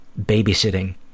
babysitting